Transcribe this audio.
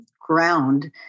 ground